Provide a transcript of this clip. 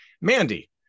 Mandy